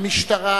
המשטרה.